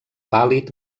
pàl·lid